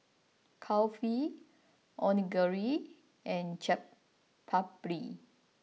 Kulfi Onigiri and Chaat Papri